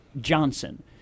Johnson